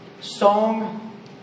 Song